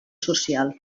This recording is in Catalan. social